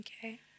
Okay